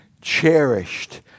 cherished